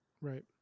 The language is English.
right